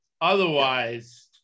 Otherwise